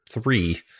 Three